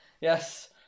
yes